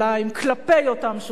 כלפי אותם שותפים.